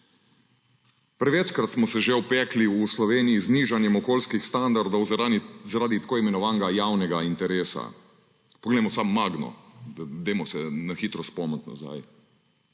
Prevečkrat smo se že opekli v Sloveniji z nižanjem okoljskih standardov zaradi tako imenovanega javnega interesa. Poglejmo samo Magno, dajmo se na hitro spomniti nazaj.